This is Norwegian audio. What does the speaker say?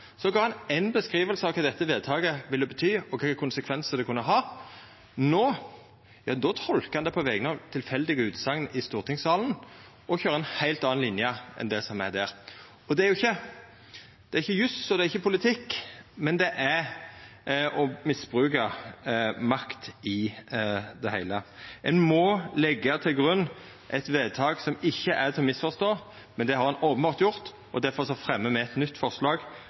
ville bety, kva konsekvensar det kunne ha. No tolkar han det på vegner av tilfeldige utsegner i stortingssalen og køyrer ei heilt anna line enn det som er der. – Dette er ikkje jus, og det er ikkje politikk, det er å misbruka makt i det heile. Ein må leggja til grunn eit vedtak som ikkje er til å misforstå, men det har han openbert gjort. Difor fremjar me eit nytt forslag,